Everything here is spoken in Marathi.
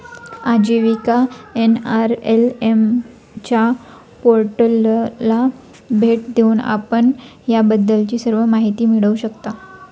आजीविका एन.आर.एल.एम च्या पोर्टलला भेट देऊन आपण याबद्दलची सर्व माहिती मिळवू शकता